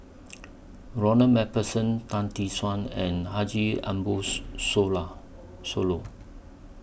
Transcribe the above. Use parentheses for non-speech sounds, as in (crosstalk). Ronald MacPherson Tan Tee Suan and Haji Ambo (unintelligible) Sooloh